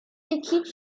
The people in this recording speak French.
équipes